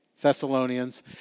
Thessalonians